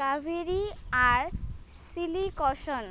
কাভেরি আর সিলেকশন